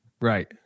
right